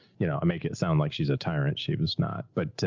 you know, make it sound like she's a tyrant. she was not. but,